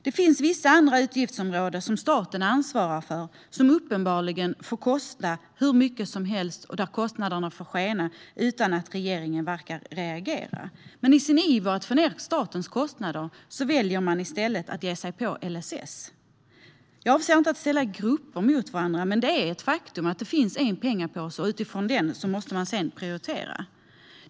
Det finns vissa andra utgiftsområden staten ansvarar för som uppenbarligen får kosta hur mycket som helst och där kostnaderna får skena utan att regeringen verkar reagera. I sin iver att få ned statens kostnader väljer man att i stället ge sig på LSS. Jag avser inte att ställa grupper mot varandra, men det är ett faktum att det finns en pengapåse och att man måste prioritera utifrån den.